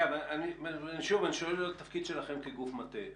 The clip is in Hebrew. אני שואל בגלל התפקיד שלכם כגוף מטה.